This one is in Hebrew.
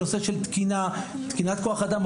בנושא של תקינת כוח אדם,